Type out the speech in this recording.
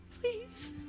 Please